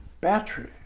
battery